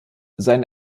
sein